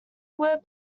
word